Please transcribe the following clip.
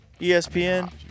ESPN